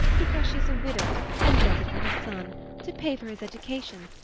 because she's a widow and does it for her son to pay for his education.